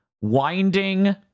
winding